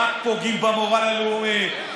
רק פוגעים במורל הלאומי,